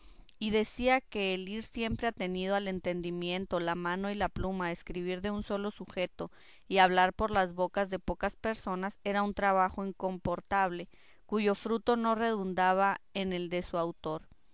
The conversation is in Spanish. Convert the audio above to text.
y decía que el ir siempre atenido el entendimiento la mano y la pluma a escribir de un solo sujeto y hablar por las bocas de pocas personas era un trabajo incomportable cuyo fruto no redundaba en el de su autor